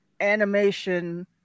animation